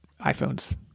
iPhones